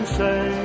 say